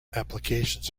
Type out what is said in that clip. applications